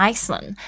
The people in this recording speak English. Iceland